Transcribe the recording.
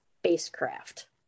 spacecraft